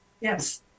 yes